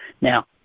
Now